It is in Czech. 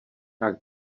tak